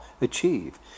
achieve